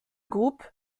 groupe